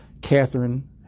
Catherine